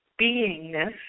beingness